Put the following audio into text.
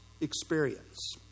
experience